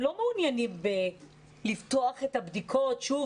הם לא מעוניינים בפתיחת הבדיקות שוב